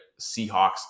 Seahawks